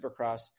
Supercross